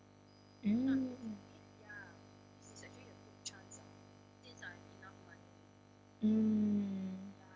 mm mm